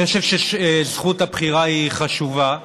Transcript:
אני חושב שזכות הבחירה היא חשובה,